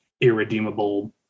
irredeemable